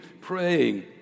praying